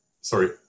sorry